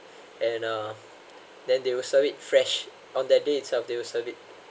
and um then they will serve it fresh on that day itself they will serve it